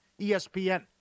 ESPN